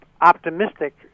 optimistic